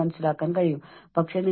അവർ സൃഷ്ടിപരമായിരിക്കട്ടെ